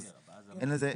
אז אין לזה,